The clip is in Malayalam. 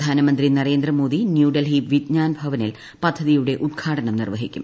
പ്രധാനമന്ത്രി നരേന്ദ്രമോദി ന്യൂഡൽഹി വിജ്ഞാൻഭവനിൽ പദ്ധതിയുടെ ഉദ്ഘാടനം നിർവ്വഹിക്കും